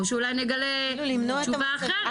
או שאולי נגלה תשובה אחרת.